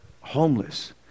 homeless